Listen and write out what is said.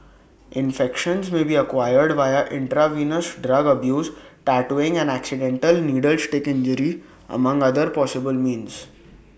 infections may be acquired via intravenous drug abuse tattooing and accidental needle stick injury among other possible means